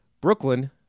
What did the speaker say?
Brooklyn